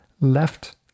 left